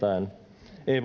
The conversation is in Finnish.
ei